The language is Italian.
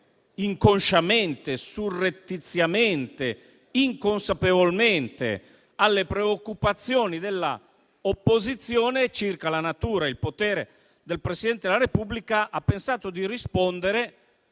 inconsciamente, surrettiziamente, inconsapevolmente alle preoccupazioni della opposizione circa la natura e il potere del Presidente della Repubblica, ha pensato di rispondere,